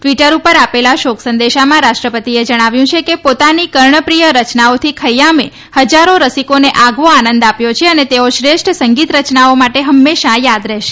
Twitter ઉપર આપેલા શોક સંદેશામાં રાષ્ટ્રપતિએ જણાવ્યું છે કે પોતાની કર્ણપ્રિય રયનાઓથી ખટ્યામે હજ્જારો રસિકોને આગવો આનંદ આપ્યો છે અને તેઓ શ્રેષ્ઠ સંગીતરચનાઓ માટે હંમેશા યાદ રહેશે